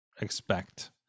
expect